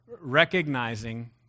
recognizing